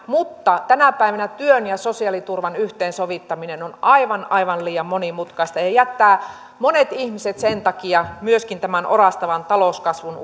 mutta tänä päivänä työn ja sosiaaliturvan yhteensovittaminen on aivan aivan liian monimutkaista ja jättää monet ihmiset sen takia myöskin tämän orastavan talouskasvun